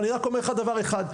אני רק אומר לך דבר אחד,